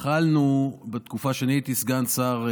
התחלנו לפעול בתקופה שאני הייתי סגן שר.